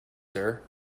sir